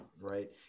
right